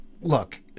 look